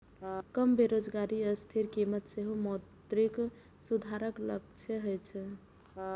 कम बेरोजगारी आ स्थिर कीमत सेहो मौद्रिक सुधारक लक्ष्य होइ छै